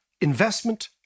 investment